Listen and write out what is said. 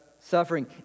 suffering